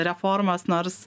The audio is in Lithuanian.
reformos nors